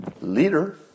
leader